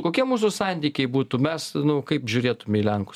kokie mūsų santykiai būtų mes nu kaip žiūrėtume į lenkus